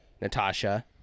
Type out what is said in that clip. Natasha